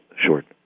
Short